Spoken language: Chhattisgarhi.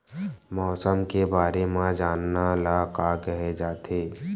मौसम के बारे म जानना ल का कहे जाथे?